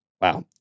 Wow